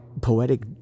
poetic